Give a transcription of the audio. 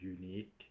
unique